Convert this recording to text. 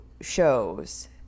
shows